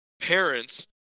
parents